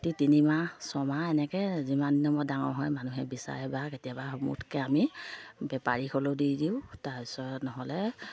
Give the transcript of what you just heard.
প্ৰতি তিনিমাহ ছমাহ এনেকৈ যিমান দিনৰ মূৰত ডাঙৰ হয় মানুহে বিচাৰে বা কেতিয়াবা সমূহকৈ আমি বেপাৰী হ'লেও দি দিওঁ তাৰপিছত নহ'লে